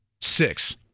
Six